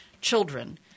children